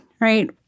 right